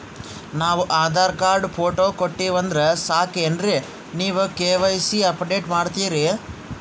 ನಾವು Aadhaar card, photo ಕೊಟ್ಟೀವಂದ್ರ ಸಾಕೇನ್ರಿ ನೀವ ಕೆ.ವೈ.ಸಿ ಅಪಡೇಟ ಮಾಡ್ತೀರಿ?